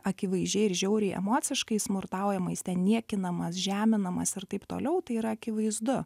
akivaizdžiai ir žiauriai emociškai smurtaujama jis ten niekinamas žeminamas ir taip toliau tai yra akivaizdu